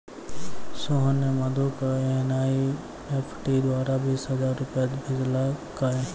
सोहन ने मधु क एन.ई.एफ.टी द्वारा बीस हजार रूपया भेजलकय